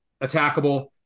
attackable